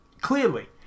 clearly